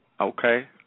Okay